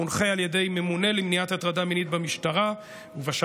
המונחה על ידי ממונות למניעת הטרדה מינית במשטרה ובשב"ס,